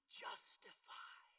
justify